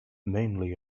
mainly